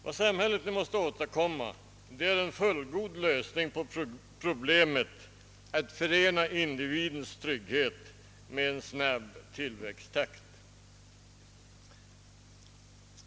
Vad samhället nu” måste åstadkomma är en fullgod lösning av problemet att förena individens trygghet med en snabb allmän tillväxttakt.